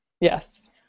Yes